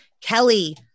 Kelly